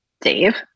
Dave